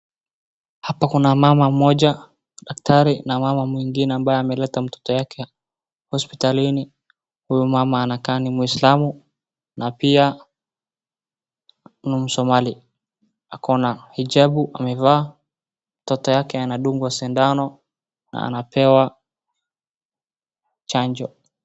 Hapa kuna mama mmoja daktari na mama mwingine amabye ameleta mtoto yake hospitalini. Huyu mama anakaa ni muislamu na pia ni msomali ako na hijabu amevaa. Mtoto yake anadungwa sindano na anapewa chanjo.